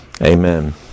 Amen